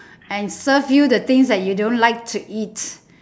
and serve you the things you don't like to eat